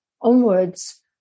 onwards